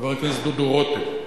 חבר הכנסת דודו רותם,